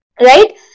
right